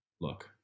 Look